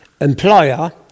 employer